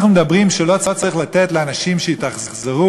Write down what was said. אנחנו מדברים שלא צריך לתת לאנשים שהתאכזרו,